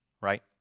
right